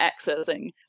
accessing